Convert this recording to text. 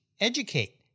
educate